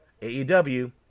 AEW